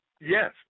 Yes